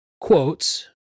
quotes